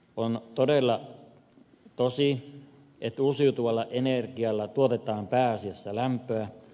on todella tosi että uusiutuvalla energialla tuotetaan pääasiassa lämpöä